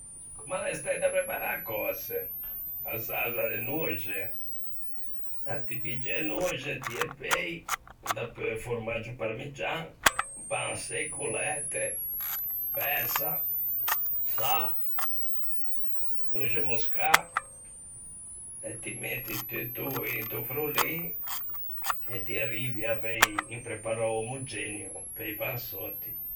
Comm'a l'é stæta preparâ cöse? A sarsa do noxe? Ti piggi e noxe, ti ê pei, dapeu formaggio parmiggian, pan secco, læte, persa, sâ, noxe moscâ, e ti metti tutto into frollin, e ti arrivi à avei un preparou omogenio, pe-i pansöti.